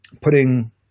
putting